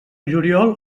juliol